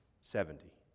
Seventy